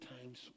times